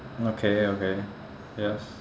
okay okay yes